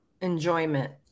enjoyment